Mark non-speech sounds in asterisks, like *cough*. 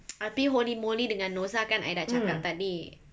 *noise* I pergi Holey Moley dengan norza kan I dah cakap tadi